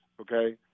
okay